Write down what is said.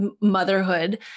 motherhood